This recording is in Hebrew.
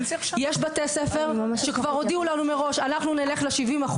יש בתי ספר שכבר הודיעו לנו מראש: אנחנו נלך ל-70%,